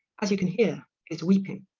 as you can hear, is weeping.